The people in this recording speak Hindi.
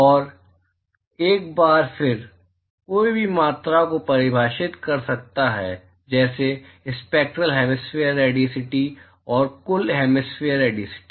और एक बार फिर कोई भी मात्राओं को परिभाषित कर सकता है जैसे स्पेक्ट्रल हेमिस्फेयर रेडियोसिटी और कुल हेमिस्फेयर रेडियोसिटी